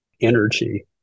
energy